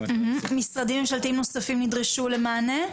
משרדים ממשלתיים נוספים נדרשו למענה?